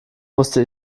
musste